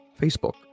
facebook